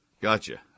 gotcha